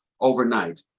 overnight